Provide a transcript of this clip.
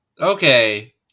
Okay